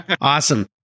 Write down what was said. Awesome